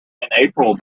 april